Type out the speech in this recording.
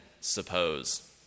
suppose